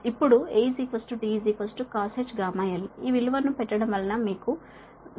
ఇప్పుడు A D cosh γl ఈ విలువను పెట్టడం వలన మీకు 0